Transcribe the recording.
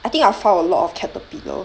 I think I found a lot of caterpillar